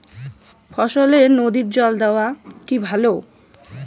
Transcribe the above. ফসলে নদীর জল দেওয়া কি ভাল?